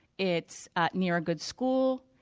it's near a good school,